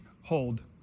hold